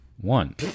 One